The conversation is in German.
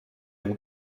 dem